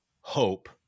hope